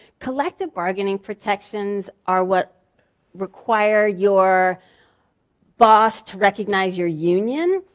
collective bargaining protections are what require your boss to recognize your union.